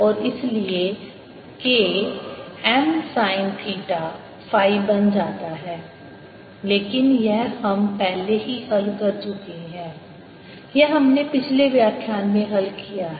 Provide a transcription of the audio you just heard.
और इसलिए K M sin theta phi बन जाता है लेकिन यह हम पहले ही हल कर चुके हैं यह हमने पिछले व्याख्यान में हल किया है